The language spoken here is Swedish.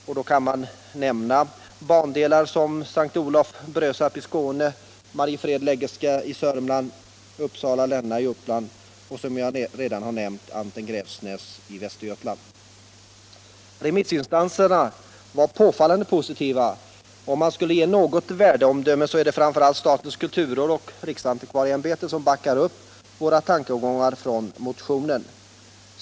Till de mer kända bandelarna hör S:t Olof-Brösarp i Skåne, Mariefred-Läggesta i Sörmland, Uppsala-Länna i Uppland och —- som jag redan har nämnt — Anten-Gräfsnäs i Västergötland. Remissinstanserna har varit påfallande positiva. Om man skulle ge något värdeomdöme så är det framför allt statens kulturråd och riksantikvarieämbetet som backar upp tankegångarna i vår motion.